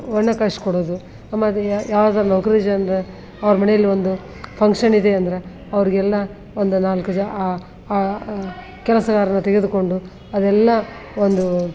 ಹೂರ್ಣ ಕಲಿಸಿ ಕೊಡೋದು ಆಮೇಗೆ ಯಾವ್ದಾರು ನೌಕರಿ ಜನರ ಅವ್ರ ಮನೆಯಲ್ಲಿ ಒಂದು ಫಂಕ್ಷನ್ ಇದೆ ಅಂದ್ರೆ ಅವರಿಗೆಲ್ಲ ಒಂದು ನಾಲ್ಕು ಜ ಆ ಆ ಕೆಲಸಗಾರರನ್ನು ತೆಗೆದುಕೊಂಡು ಅದೆಲ್ಲ ಒಂದು